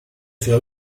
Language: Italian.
sue